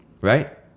Right